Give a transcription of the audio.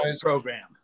Program